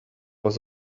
was